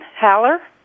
Haller